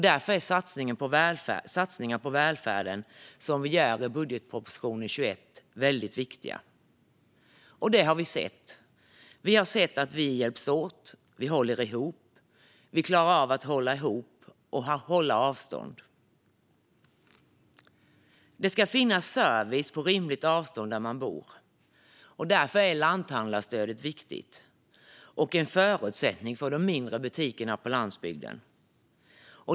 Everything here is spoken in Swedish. Därför är satsningar på välfärden som vi gör i budgetpropositionen för 2021 väldigt viktiga. Det har vi sett. Vi har sett att vi hjälps åt och håller ihop. Vi klarar av att hålla ihop och hålla avstånd. Det ska finnas service på rimligt avstånd där man bor. Därför är lanthandlarstödet viktigt och en förutsättning för de mindre butikerna på landsbygden.